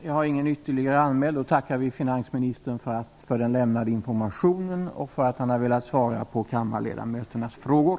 Jag har ingen ytterligare talare anmäld. Vi tackar finansministern för den lämnade informationen och för att han har svarat på kammarledamöternas frågor.